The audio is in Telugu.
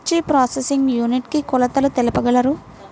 మిర్చి ప్రోసెసింగ్ యూనిట్ కి కొలతలు తెలుపగలరు?